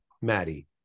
Maddie